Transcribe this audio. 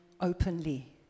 openly